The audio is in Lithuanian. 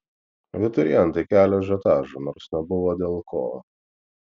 abiturientai kelią ažiotažą nors nebuvo dėl ko